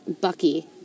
Bucky